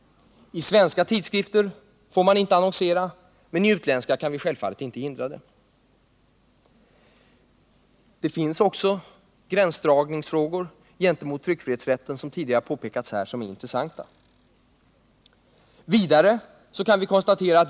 I svenska tidskrifter får man inte annonsera, men i utländska kan vi självfallet inte hindra det. Det finns också frågor om gränsdragning gentemot tryckfrihetsrätten, som tidigare påpekats här, som är intressanta.